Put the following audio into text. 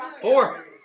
Four